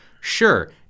Sure